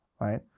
right